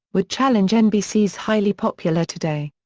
would challenge nbc's highly popular today.